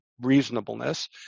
reasonableness